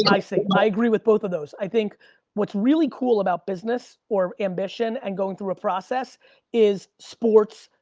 and i see, i agree with both of those. i think what's really cool about business or ambition, and going through ah process is sports,